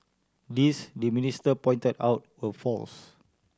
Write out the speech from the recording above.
these the minister pointed out were false